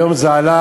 היום זה עלה